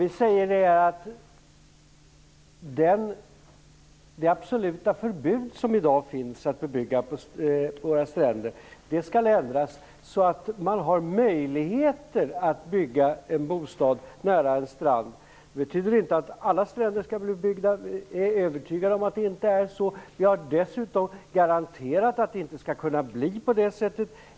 Vi säger i stället att det absoluta förbud mot att bebygga våra stränder som i dag finns skall ändras så att man har möjlighet att bygga en bostad nära en strand. Det betyder dock inte att alla stränder skall bebyggas, och jag är övertygad om att det heller inte är så. Dessutom har vi garanterat att det inte skall kunna bli på det sättet.